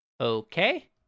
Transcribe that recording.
okay